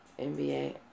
NBA